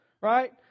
Right